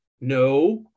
No